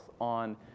on